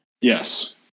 Yes